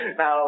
Now